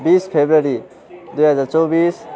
बिस फेब्रुअरी दुई हजार चौबिस